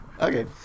Okay